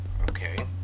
Okay